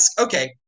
Okay